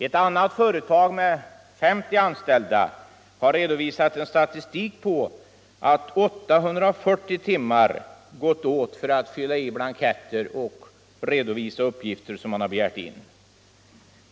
Ett annat företag med 50 anställda lämnade en statistik över att 840 timmar gått åt för att fylla i blanketter och redovisa uppgifter som begärts in.